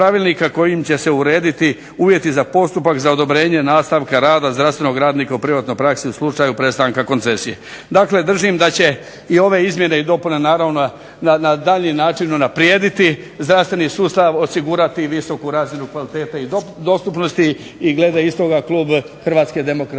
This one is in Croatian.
kojim će se urediti uvjeti za postupak za odobrenje nastavka rada zdravstvenog radnika u privatnoj praksi u slučaju prestanka koncesije. Dakle, držim da će i ove izmjene i dopune, naravno na daljnji način unaprijediti zdravstveni sustav, osigurati visoku razinu kvalitete i dostupnosti. I glede iz toga klub Hrvatske demokratske